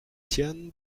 tian